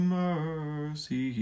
mercy